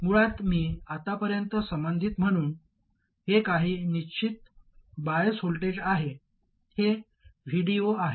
मुळात मी आत्तापर्यंत संबंधित म्हणून हे काही निश्चित बायस व्होल्टेज आहे हे Vd0 आहे